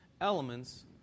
elements